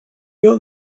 got